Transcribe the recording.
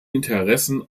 interessen